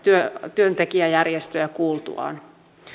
työtekijäjärjestöjä kuultuaan